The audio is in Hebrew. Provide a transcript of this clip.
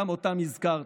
שגם אותם הזכרתי.